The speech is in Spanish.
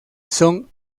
son